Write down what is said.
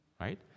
Right